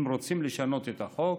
אם רוצים לשנות את החוק,